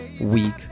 week